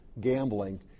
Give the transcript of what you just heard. gambling